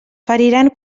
feriran